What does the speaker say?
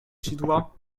sidła